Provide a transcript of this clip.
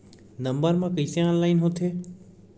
Number मा कइसे online होथे?